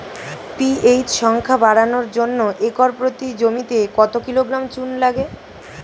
PH সংখ্যা বাড়ানোর জন্য একর প্রতি জমিতে কত কিলোগ্রাম চুন লাগে?